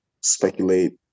speculate